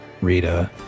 Rita